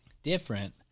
Different